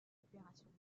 opérationnel